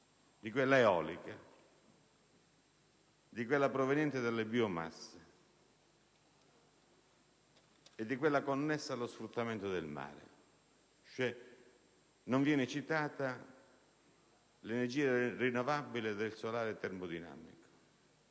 di quella eolica, di quella proveniente dalle biomasse" e di quella connessa allo sfruttamento del mare. Non viene quindi citata l'energia rinnovabile del solare termodinamico.